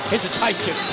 Hesitation